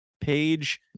page